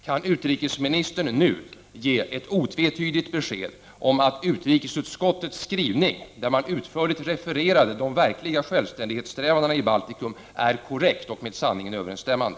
Kan utrikesministern ge ett otvetydigt besked om att utrikesutskottets skrivning, där man utförligt refererade de verkliga självständighetssträvandena i Baltikum, är korrekt och med sanningen överensstämmande?